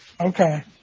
Okay